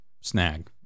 snag